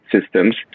systems